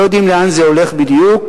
לא יודעים לאן זה הולך בדיוק.